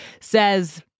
says